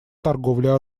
торговле